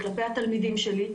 וכלפי התלמידים שלי,